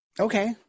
Okay